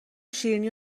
شیرینی